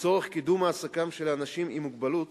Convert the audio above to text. לצורך קידום העסקה של אנשים עם מוגבלות